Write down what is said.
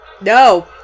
No